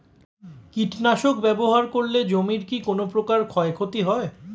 কীটনাশক ব্যাবহার করলে জমির কী কোন প্রকার ক্ষয় ক্ষতি হয়?